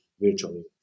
virtually